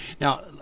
Now